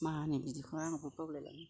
मा होनो बिदिखौ आंबो बावलायलांबाय